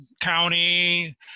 county